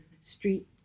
street